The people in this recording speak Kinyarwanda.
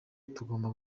tugomba